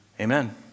Amen